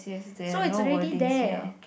so it's already there